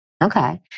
Okay